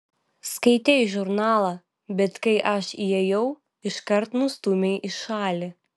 skaitei žurnalą bet kai aš įėjau iškart nustūmei į šalį